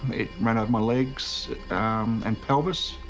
it ran over my legs and pelvis.